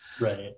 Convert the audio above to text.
Right